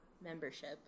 membership